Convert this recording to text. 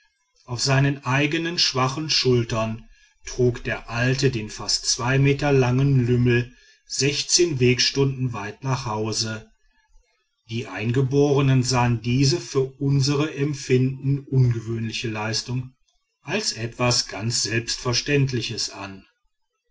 auf seinen eigenen schwachen schultern trug der alte den fast zwei meter langen lümmel wegstunden weit nach hause die eingeborenen sahen diese für unser empfinden ungewöhnliche leistung als etwas ganz selbstverständliches an